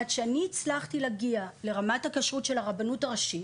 עד שאני הצלחתי להגיע לרמת הכשרות של הרבנות הראשית